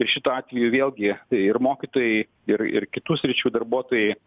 ir šituo atveju vėlgi tai ir mokytojai ir ir kitų sričių darbuotojai